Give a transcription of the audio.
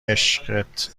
عشقت